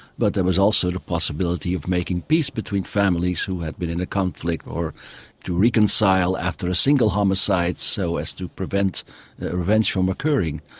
but there was also the possibility of making peace between families who had been in a conflict or to reconcile after a single homicide so as to prevent events from occurring.